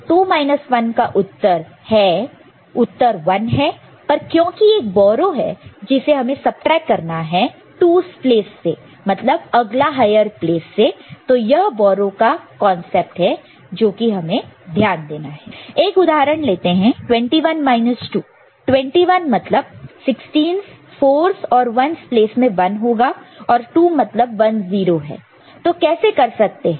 तो 2 1 का उत्तर 1 है पर क्योंकि एक बोरो है जिसे हमें सबट्रैक करना है 2's प्लेस 2's place से मतलब अगला हायर प्लेस तो यह बोरो का कांसेप्ट है जो कि हमें ध्यान देना है एक उदाहरण लेते 21 2 21 मतलब 16's 4's और 1's प्लेस में 1 होगा और 2 मतलब 1 0 है तो कैसे कर सकते है